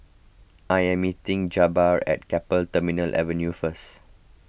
I am meeting Jabbar at Keppel Terminal Avenue first